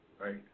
Right